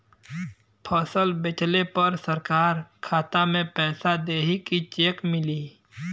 फसल बेंचले पर सरकार खाता में पैसा देही की चेक मिली?